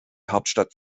hauptstadt